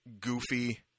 goofy